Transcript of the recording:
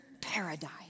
paradise